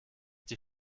die